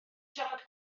siarad